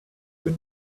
been